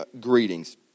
greetings